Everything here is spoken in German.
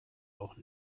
auch